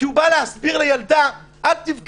כי הוא בא להסביר לילדה: אל תבכי,